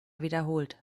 wiederholt